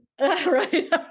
Right